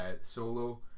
solo